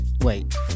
Wait